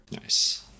Nice